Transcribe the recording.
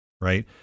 right